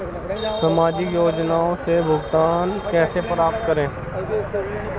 सामाजिक योजनाओं से भुगतान कैसे प्राप्त करें?